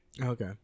Okay